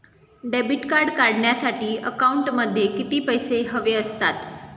Debit card काढण्यासाठी अकाउंटमध्ये किती पैसे हवे असतात?